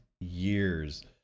years